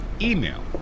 email